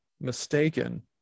mistaken